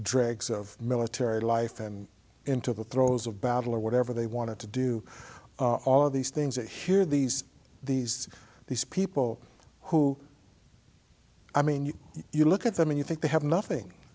dregs of military life and into the throes of battle or whatever they wanted to do all of these things that here these these these people who i mean you you look at them and you think they have nothing